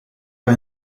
bij